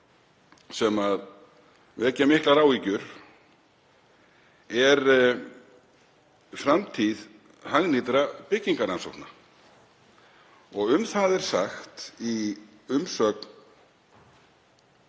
sem vekja miklar áhyggjur er framtíð hagnýtra byggingarrannsókna og um það er sagt í umsögn